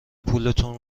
پولتون